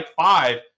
five